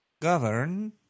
Govern